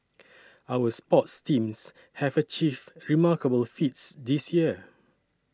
our sports teams have achieved remarkable feats this year